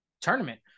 tournament